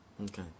Okay